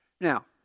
Now